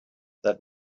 that